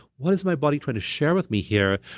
what is my body trying to share with me here?